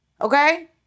Okay